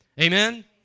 Amen